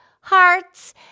hearts